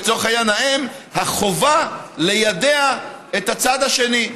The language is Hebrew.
לצורך העניין האם החובה ליידע את הצד השני,